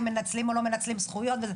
אם מנצלים או לא מנצלים זכויות.